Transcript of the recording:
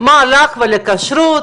מה לך ולכשרות?